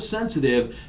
sensitive